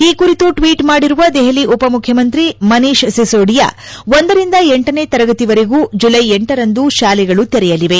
ಈ ಕುರಿತು ಟ್ವೀಟ್ ಮಾಡಿರುವ ದೆಹಲಿ ಉಪಮುಖ್ಯಮಂತ್ರಿ ಮನೀಶ್ ಸಿಸೊಡಿಯಾ ಒಂದರಿಂದ ಜೇ ತರಗತಿವರೆಗೂ ಜುಲೈ ಃರಂದು ಶಾಲೆಗಳು ತೆರೆಯಲಿದೆ